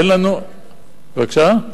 אין לנו, בבקשה?